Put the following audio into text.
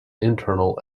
internal